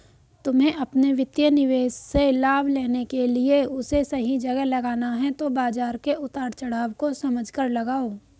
तुम्हे अपने वित्तीय निवेश से लाभ लेने के लिए उसे सही जगह लगाना है तो बाज़ार के उतार चड़ाव को समझकर लगाओ